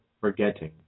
forgetting